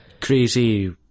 Crazy